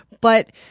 but-